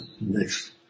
Next